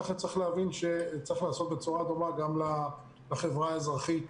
כך צריך להבין שצריך לעשות בצורה דומה גם לחברה האזרחית,